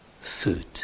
food